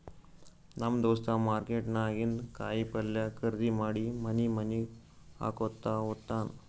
ನಮ್ ದೋಸ್ತ ಮಾರ್ಕೆಟ್ ನಾಗಿಂದ್ ಕಾಯಿ ಪಲ್ಯ ಖರ್ದಿ ಮಾಡಿ ಮನಿ ಮನಿಗ್ ಹಾಕೊತ್ತ ಹೋತ್ತಾನ್